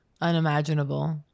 Unimaginable